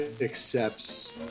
accepts